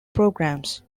programs